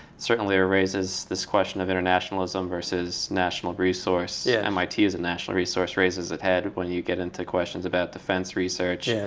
certainly it raises, this question of internationalism versus national resource, yeah mit as a and national resource, raises its head when you get into questions about defense research, yeah